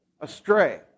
astray